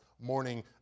morning